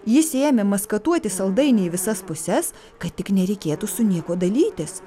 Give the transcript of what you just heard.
jis ėmė maskatuoti saldainį į visas puses kad tik nereikėtų su niekuo dalytis